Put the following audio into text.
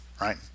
right